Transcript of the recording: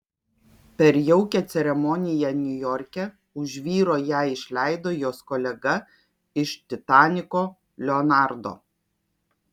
per jaukią ceremoniją niujorke už vyro ją išleido jos kolega iš titaniko leonardo